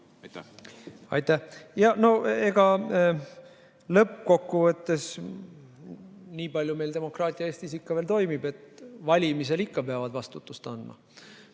Aitäh!